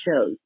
shows